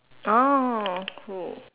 oh cool